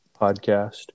podcast